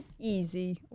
Easy